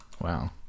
Wow